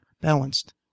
balanced